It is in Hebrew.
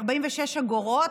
אגורות,